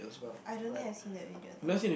I don't think I seen that video though